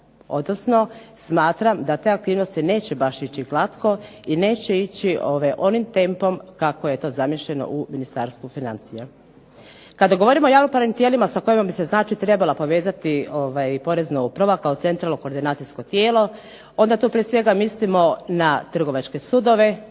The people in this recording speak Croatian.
odnosno smatram da te aktivnosti neće baš ići glatko i neće ići onim tempom kako je to zamišljeno u Ministarstvu financija. Kada govorimo o javnopravnim tijelima sa kojima bi se znači trebala povezati Porezna uprava, kao centralno koordinacijsko tijelo, onda tu prije svega mislimo na trgovačke sudove,